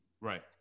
right